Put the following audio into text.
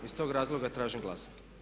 Iz tog razloga tražim glasanje.